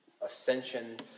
ascension